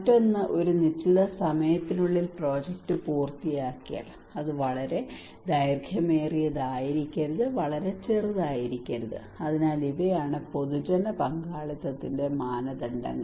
മറ്റൊന്ന് ഒരു നിശ്ചിത സമയത്തിനുള്ളിൽ പ്രോജക്റ്റ് പൂർത്തിയാക്കിയാൽ അത് വളരെ ദൈർഘ്യമേറിയതായിരിക്കരുത് വളരെ ചെറുതായിരിക്കരുത് അതിനാൽ ഇവയാണ് പൊതുജന പങ്കാളിത്തത്തിന്റെ മാനദണ്ഡങ്ങൾ